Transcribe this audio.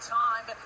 time